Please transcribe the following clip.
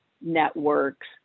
networks